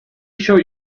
show